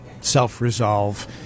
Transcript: self-resolve